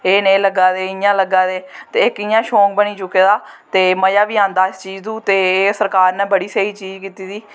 एह् नेह् लग्गा दे इयां लग्गा दे ते इक इयां शौक बनी चुके दा ते मज़ा बी आंदा इस चीज़ तों ते एह् सरकार नै बड़ी स्हेई चीज़ कीती दी